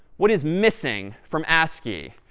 what is missing from ascii?